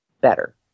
better